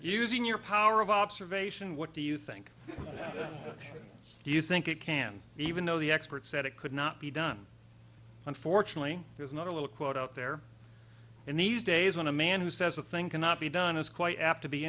using your power of observation what do you think do you think it can even though the experts said it could not be done unfortunately there's not a little quote out there in these days when a man who says a thing cannot be done is quite apt to be